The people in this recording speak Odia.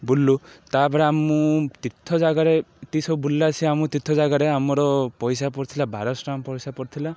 ବୁଲିଲୁ ତା'ପରେ ଆମ ମୁଁ ତୀର୍ଥ ଜାଗାରେ ଏତି ସବୁ ବୁଲିଲା ସେ ଆମ ତୀର୍ଥ ଜାଗାରେ ଆମର ପଇସା ପଡ଼ିଥିଲା ବାରଶହ ଟଙ୍କା ପଇସା ପଡ଼ିଥିଲା